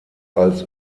als